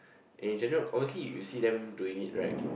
and in general obviously you see them doing it right